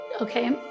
okay